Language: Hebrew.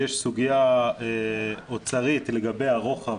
יש סוגיה אוצרית לגבי הרוחב,